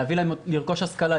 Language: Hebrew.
לרכוש השכלה,